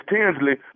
Tinsley